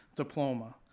diploma